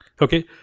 okay